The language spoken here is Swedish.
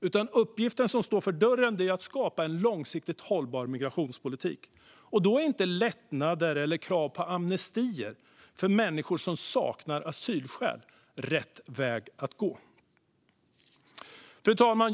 utan den uppgift som står för dörren är att skapa en långsiktigt hållbar migrationspolitik. Då är inte lättnader eller krav på amnestier för människor som saknar asylskäl rätt väg att gå. Fru talman!